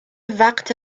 وقت